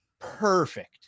perfect